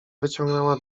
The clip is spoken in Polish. wyciągnęła